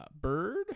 Bird